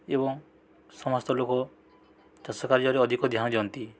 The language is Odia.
ଏବଂ ସମସ୍ତ ଲୋକ ଚାଷ କାର୍ଯ୍ୟରେ ଅଧିକ ଧ୍ୟାନ ଦିଅନ୍ତି